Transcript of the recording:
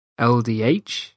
LDH